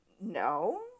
No